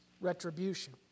Retribution